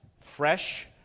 fresh